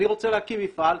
הוא רוצה להקים מפעל.